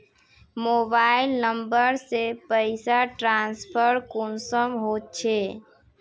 Mobile number से पैसा transfer कुंसम होचे?